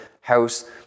house